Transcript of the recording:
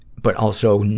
but also,